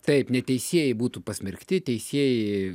taip neteisieji būtų pasmerkti teisieji